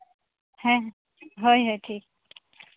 ᱦᱮᱸ ᱦᱳᱭ ᱦᱳᱭ ᱴᱷᱤᱠ